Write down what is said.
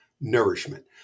nourishment